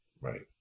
Right